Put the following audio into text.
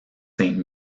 saint